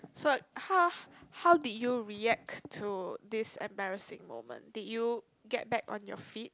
so how how did you react to this embarrassing moment did you get back on your feet